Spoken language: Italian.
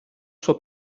suo